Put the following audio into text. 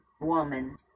woman